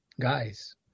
guys